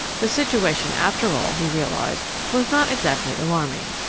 the situation, after all, he realized, was not exactly alarming.